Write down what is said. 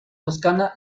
toscana